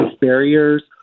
barriers